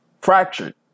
Fractured